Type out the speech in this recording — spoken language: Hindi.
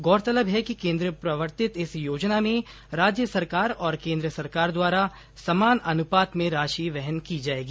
गौरतलब है कि केन्द्र प्रवर्तित इस योजना में राज्य सरकार और केन्द्र सरकार द्वारा समान अनुपात में राशि वहन की जाएगी